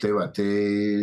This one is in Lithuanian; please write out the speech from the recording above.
tai va tai